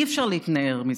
אי-אפשר להתנער מזה.